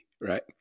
right